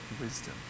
wisdom